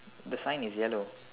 the sign is yellow